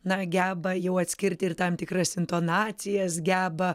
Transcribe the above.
na geba jau atskirti ir tam tikras intonacijas geba